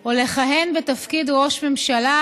או לכהן בתפקיד ראש ממשלה,